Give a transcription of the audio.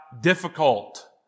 difficult